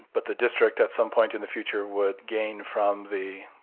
but the district at some point in the future would gain from the